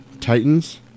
Titans